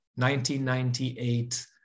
1998